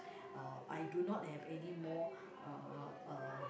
uh I do not have anymore uh um